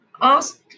Ask